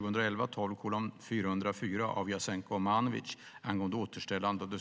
Herr talman!